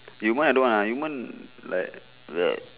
yumen I don't want lah yumen like